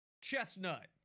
chestnut